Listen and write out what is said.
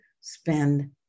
spend